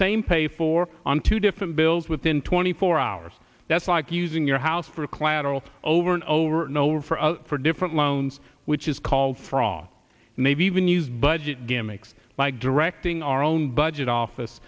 same pay for on two different bills within twenty four hours that's like using your house for collateral over and over and over for different loans which is called fraud and they've even used budget gimmicks like directing our own budget office